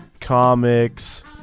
comics